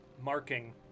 marking